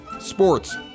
sports